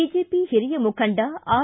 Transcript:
BJP ಹಿರಿಯ ಮುಖಂಡ R